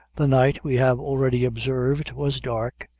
the night, we have already observed, was dark,